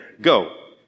Go